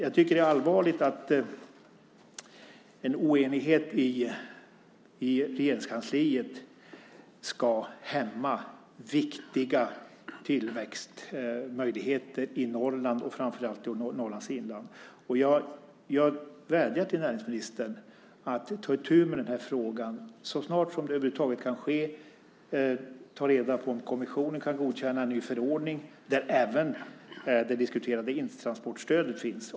Jag tycker att det är allvarligt att oenighet i Regeringskansliet ska hämma viktiga tillväxtmöjligheter i Norrland och framför allt i Norrlands inland, och jag vädjar till näringsministern att ta itu med den här frågan så snart som det över huvud taget kan ske och ta reda på om kommissionen kan godkänna en ny förordning där även det diskuterade transportstödet finns.